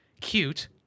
cute